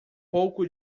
pouco